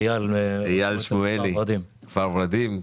איל שמואלי מכפר ורדים,